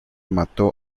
mató